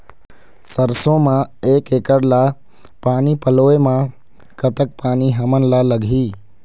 सरसों म एक एकड़ ला पानी पलोए म कतक पानी हमन ला लगही?